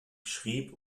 schrieb